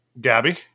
Gabby